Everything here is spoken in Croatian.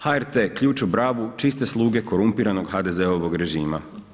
HRT ključ u bravu čiste sluge korumpiranog HDZ-ovog režima.